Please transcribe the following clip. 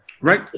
Right